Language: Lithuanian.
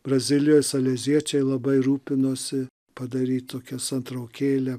brazilijoj saleziečiai labai rūpinosi padaryt tokią santraukėlę